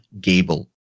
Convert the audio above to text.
Gable